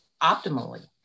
optimally